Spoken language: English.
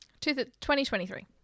2023